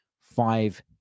five